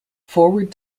forward